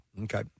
Okay